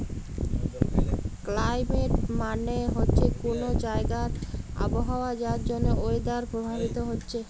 climate মানে হচ্ছে কুনো জাগার আবহাওয়া যার জন্যে ওয়েদার প্রভাবিত হচ্ছে